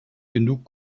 genug